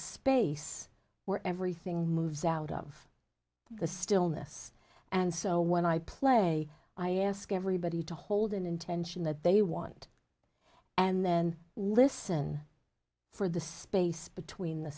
space where everything moves out of the stillness and so when i play i ask everybody to hold an intention that they want and then listen for the space between the